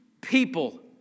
people